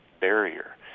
barrier